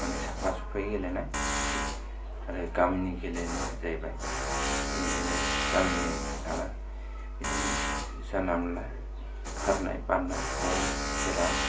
माने साफ्फा सिफ्फायै गेलेनाय आरो गामिनि गेलेनाया जाहैबाय बिदिनो गामिनि नालाय बिदिनो जानला मोनला खारनाय बारनाय बल खेरम